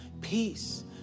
peace